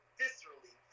viscerally